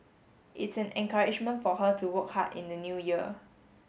it's an encouragement for her to work hard in the new year